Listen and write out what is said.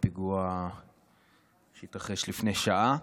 בפיגוע שהתרחש לפני שעה.